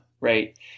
right